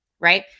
Right